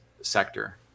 sector